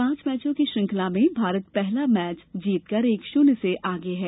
पांच मैचों की श्रृंखला में भारत पहला मैच जीतकर एक शून्य से आगे है